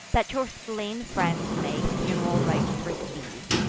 that your slain friends may fun'ral rites receive.